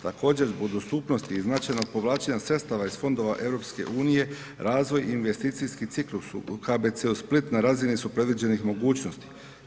Također zbog dostupnosti i značajnog povlačenja sredstava iz Fondova EU razvoj i investicijski ciklus u KBC-u Split na razini su predviđenih mogućnosti.